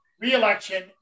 re-election